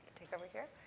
take over here?